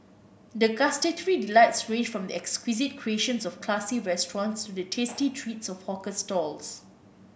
the gustatory delights range from the exquisite creations of classy restaurants to the tasty treats of hawker stalls